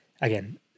Again